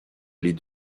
les